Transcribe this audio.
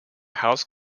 house